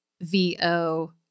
VO